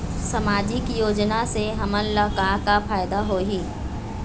सामाजिक योजना से हमन ला का का फायदा होही?